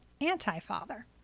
anti-father